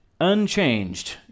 unchanged